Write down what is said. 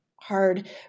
hard